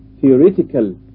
theoretical